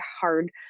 hard